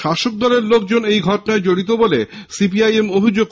শাসক দলের লোকজন এই ঘটনায় জড়িত বলে সিপিআইএম এর অভিযোগ